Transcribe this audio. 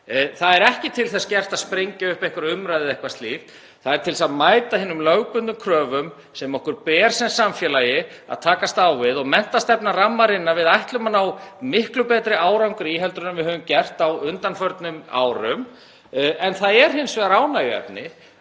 Það er ekki til þess gert að sprengja upp einhverja umræðu eða eitthvað slíkt, það er til þess að mæta hinum lögbundnu kröfum sem okkur ber sem samfélagi að takast á við. Menntastefnan rammar inn að við ætlum að ná miklu betri árangri heldur en við höfum gert á undanförnum árum. Það er hins vegar ánægjuefni